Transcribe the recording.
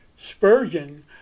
Spurgeon